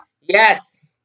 Yes